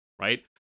right